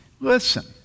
Listen